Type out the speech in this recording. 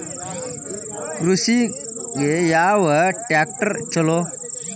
ಕೃಷಿಗ ಯಾವ ಟ್ರ್ಯಾಕ್ಟರ್ ಛಲೋ?